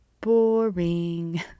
Boring